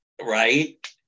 right